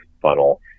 funnel